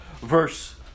verse